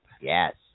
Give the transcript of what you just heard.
Yes